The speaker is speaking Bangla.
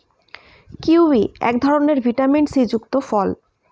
কিউই এক ধরনের ভিটামিন সি যুক্ত ফল